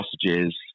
sausages